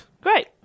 Great